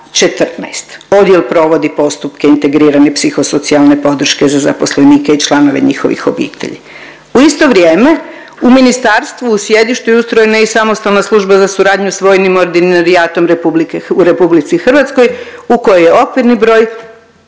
14. Odjel provodi postupke integrirane psihosocijalne podrške za zaposlenike i članove njihovih obitelji. U isto vrijeme, u ministarstvu u sjedištu je ustrojena i Samostalna služba za suradnju s vojnim ordinarijatom u RH u kojoj je okvirni broj